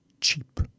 cheap